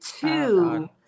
two